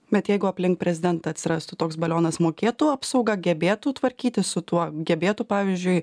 bet jeigu aplink prezidentą atsirastų toks balionas mokėtų apsauga gebėtų tvarkytis su tuo gebėtų pavyzdžiui